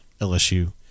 LSU